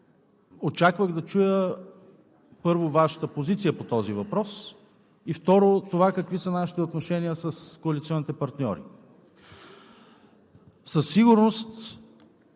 очаквах да чуя, първо, Вашата позиция по този въпрос и, второ, какви са нашите отношения с коалиционните партньори. Със сигурност